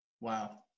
Wow